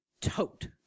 Tote